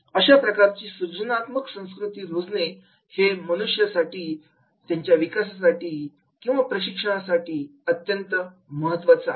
अशा प्रकारची सृजनात्मक संस्कृती रुजणं हे मनुष्यबळ विकासासाठी किंवा प्रशिक्षणासाठी अत्यंत महत्त्वाचं आहे